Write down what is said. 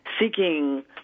seeking